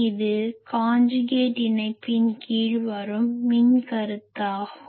இது காஞ்சுகேட் இணைப்பின் கீழ் வரும் மின் கருத்தாகும்